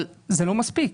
אבל זה לא מספיק.